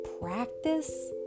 practice